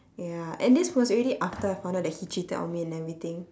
ya and this was already after I found out that he cheated on me and everything